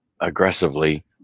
aggressively